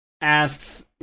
Asks